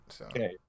Okay